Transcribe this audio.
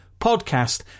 podcast